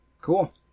Cool